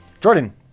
Jordan